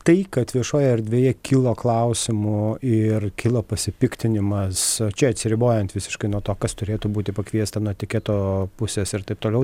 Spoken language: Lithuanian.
tai kad viešojoj erdvėje kilo klausimų ir kilo pasipiktinimas čia atsiribojant visiškai nuo to kas turėtų būti pakviesta nuo etiketo pusės ir taip toliau